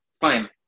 fine